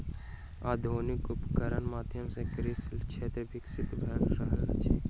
आधुनिक उपकरणक माध्यम सॅ कृषि क्षेत्र विकसित भ रहल अछि